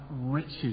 riches